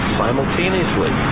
simultaneously